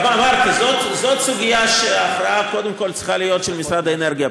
אמרתי: זאת סוגיה שההכרעה בה קודם כול צריכה להיות של משרד האנרגיה,